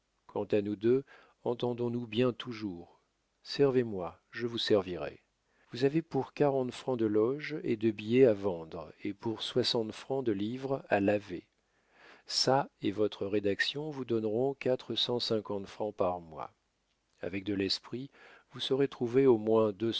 quant à nous deux entendons-nous bien toujours servez moi je vous servirai vous avez pour quarante francs de loges et de billets à vendre et pour soixante francs de livres à laver ça et votre rédaction vous donneront quatre cent cinquante francs par mois avec de l'esprit vous saurez trouver au moins deux